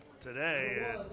today